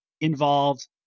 involved